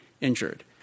injured